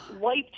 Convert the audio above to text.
wiped